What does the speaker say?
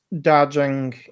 dodging